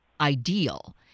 ideal